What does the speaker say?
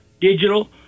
digital